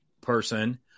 person